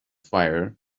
fire